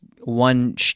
one